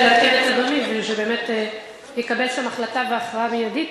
כדי שבאמת תתקבל שם החלטה והכרעה מיידית,